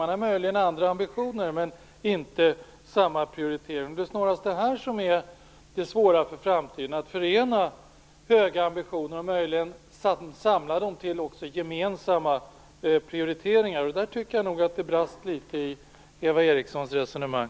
Man har möjligen andra ambitioner, men inte samma prioritering. Det är snarast det här som är det svåra för framtiden: att förena höga ambitioner och möjligen också samla dem till gemensamma prioriteringar. Där tycker jag nog att det brast litet i Eva Erikssons resonemang.